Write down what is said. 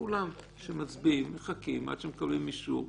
שמצביעים ומחכים עד שמקבלים אישור.